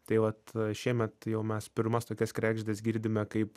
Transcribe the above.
tai vat šiemet jau mes pirmas tokias kregždes girdime kaip